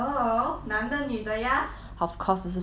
of course 只是 female female